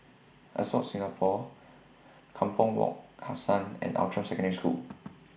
Ascott Singapore Kampong Wak Hassan and Outram Secondary School